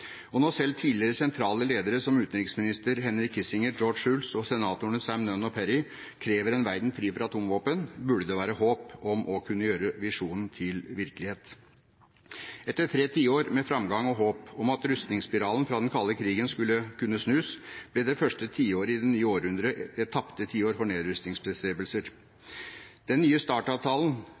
Og når selv tidligere sentrale ledere som utenriksministrene Henry Kissinger og George Shultz og senatorene Sam Nunn og Perry krever en verden fri for atomvåpen, burde det være håp om å kunne gjøre visjonen til virkelighet. Etter tre tiår med framgang og håp om at rustningsspiralen fra den kalde krigen skulle kunne snus, ble det første tiåret i det nye århundret det tapte tiår for nedrustningsbestrebelser. Den nye